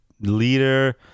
Leader